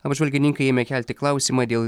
apžvalgininkai ėmė kelti klausimą dėl